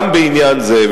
גם בעניין זה.